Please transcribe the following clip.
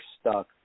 stuck